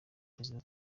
perezida